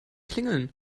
klingeln